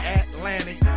atlantic